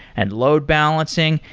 and load-balancing,